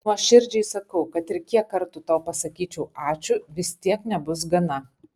nuoširdžiai sakau kad ir kiek kartų tau pasakyčiau ačiū vis tiek nebus gana